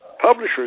publisher's